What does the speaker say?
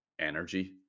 energy